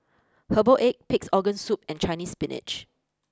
Herbal Egg Pig's Organ Soup and Chinese spinach